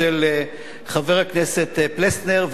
של חבר הכנסת פלסנר,